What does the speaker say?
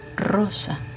Rosa